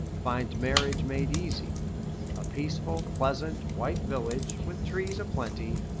find marriage made easy a peaceful, pleasant, white village, with trees a-plenty,